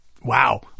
Wow